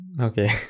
Okay